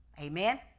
Amen